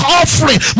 offering